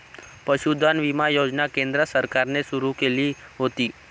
पशुधन विमा योजना केंद्र सरकारने सुरू केली होती